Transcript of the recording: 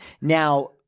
Now-